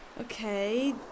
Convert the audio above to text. Okay